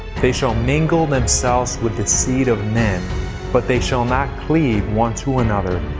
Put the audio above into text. they shall mingle themselves with the seed of men but they shall not cleave one to another,